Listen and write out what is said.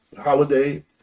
holiday